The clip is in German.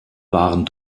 waren